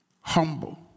Humble